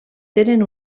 tenen